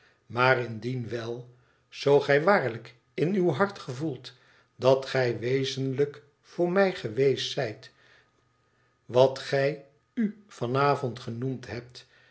maar indien wel zoo gij waarlijk in uw hart gevoelt dat gij wezenlijk voor mij geweest zijt wat gij u van avond genoenad hebt